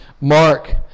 Mark